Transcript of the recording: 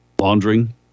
laundering